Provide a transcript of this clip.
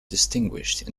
distinguished